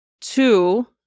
two